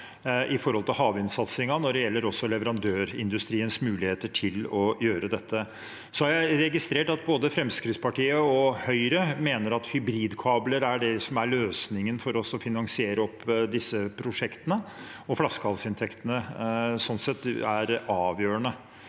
for havvindsatsingen også når det gjelder leverandørindustriens muligheter til å gjøre dette. Jeg har registrert at både Fremskrittspartiet og Høyre mener at hybridkabler er det som er løsningen for oss for å finansiere disse prosjektene, og at flaskehalsinntektene sånn sett er avgjørende.